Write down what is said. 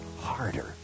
harder